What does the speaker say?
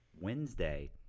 Wednesday